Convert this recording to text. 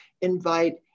invite